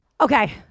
Okay